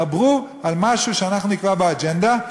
דברו על משהו שאנחנו נקבע באג'נדה.